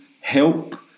help